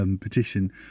petition